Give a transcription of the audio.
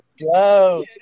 go